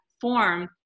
form